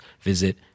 visit